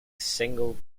single